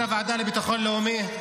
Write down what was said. כחבר הוועדה לביטחון לאומי,